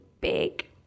big